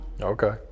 Okay